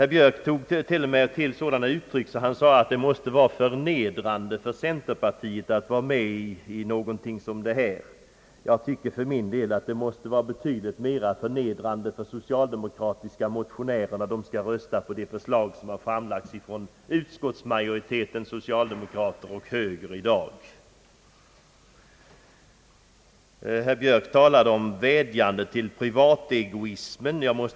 Herr Björk tog rent av till sådana uttryck som att det måste vara förnedrande för centerpartiet att vara med om någonting som detta. Jag tycker för min del att det måste vara betydligt mera förnedrande för de socialdemokratiska motionärerna att vara med och rösta på det förslag som i dag har framlagts av utskottsmajoritetens socialdemokrater och högermän. Herr Björk talade om vädjande till privategoismen.